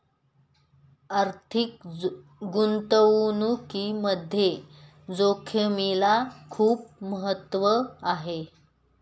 आर्थिक गुंतवणुकीमध्ये जोखिमेला खूप महत्त्व आहे